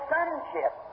Sonship